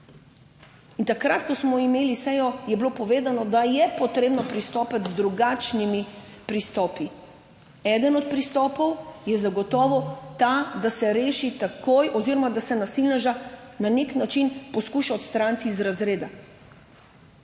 In takrat, ko smo imeli sejo, je bilo povedano, da je potrebno pristopiti z drugačnimi pristopi. Eden od pristopov je zagotovo ta, da se reši takoj oziroma da se nasilneža na nek način poskuša odstraniti iz razreda.